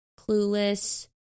Clueless